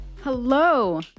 Hello